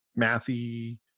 mathy